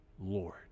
lord